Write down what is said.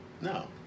no